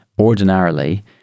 ordinarily